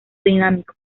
dinámicos